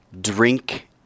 Drink